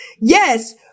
yes